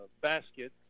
basket